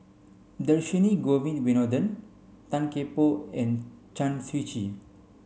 Dhershini Govin Winodan Tan Kian Por and Chen Shiji